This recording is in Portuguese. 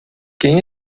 quem